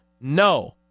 no